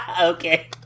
Okay